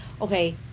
Okay